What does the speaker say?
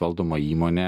valdom įmonė